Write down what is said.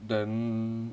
then